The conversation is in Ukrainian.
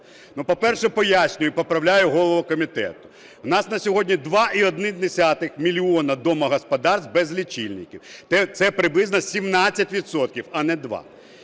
По-перше, пояснюю, поправляю голову комітету, в нас на сьогодні 2,1 мільйона домогосподарств без лічильників – це приблизно 17